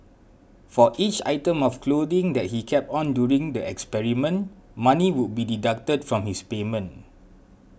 for each item of clothing that he kept on during the experiment money would be deducted from his payment